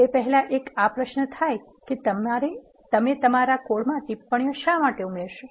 તે પહેલાં એક આ પ્રશ્ન થાય કે "તમે તમારા કોડમાં ટિપ્પણી શા માટે ઉમેરશો